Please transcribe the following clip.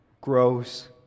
grows